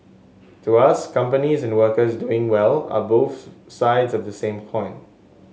to us companies and workers doing well are both sides of the same coin